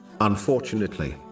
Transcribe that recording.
Unfortunately